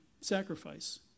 sacrifice